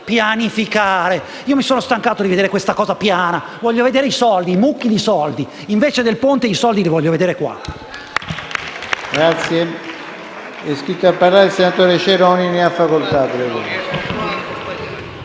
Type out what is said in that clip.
Mi sono stancato di vedere questa cosa piana, voglio vedere i soldi, mucchi di soldi. Invece del ponte, i soldi li voglio vedere qui.